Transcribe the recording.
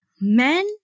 men